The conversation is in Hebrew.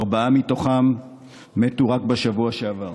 ארבעה מתוכם מתו רק בשבוע שעבר.